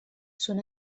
són